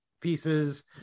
pieces